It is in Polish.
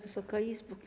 Wysoka Izbo!